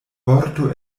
vorto